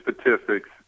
statistics